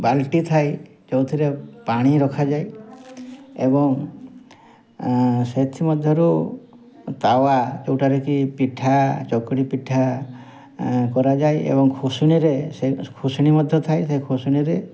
ବାଲ୍ଟି ଥାଏ ଯେଉଁଥିରେ ପାଣି ରଖାଯାଏ ଏବଂ ସେଥିମଧ୍ୟରୁ ତାୱା ଯେଉଁଟାରେ କି ପିଠା ଚକୁଳି ପିଠା କରାଯାଏ ଏବଂ ଖୋସଣିରେ ସେଇ ଖୋସଣି ମଧ୍ୟ ଥାଏ ସେଇ ଖୋସଣିରେ